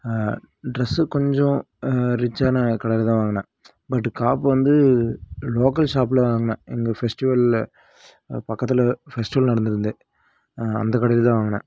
dress கொஞ்சம் ரிச்சான colour தான் வாங்கின பட் காப்பு வந்து லோக்கல் ஷாப்பில் வாங்கின எங்கள் ஃபெஸ்ட்டிவல் பக்கத்தில் ஃபெஸ்ட்டிவல் நடந்துருந்தது அந்த கடையில் தான் வாங்கின